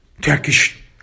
Turkish